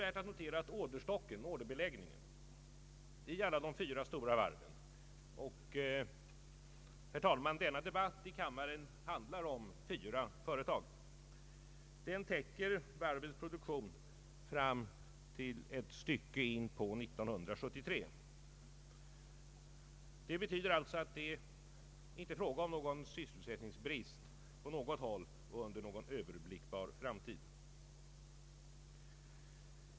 Det betyder att det inte på något håll föreligger någon sysselsättningsbrist under Ööverblickbar framtid. Det kan vara skäl att understryka detta, eftersom sysselsättningsfrågan kommit upp flera gånger i debatten, en fråga som naturligtvis ständigt står i centrum för regeringens näringspolitik.